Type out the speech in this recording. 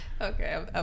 Okay